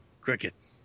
Cricket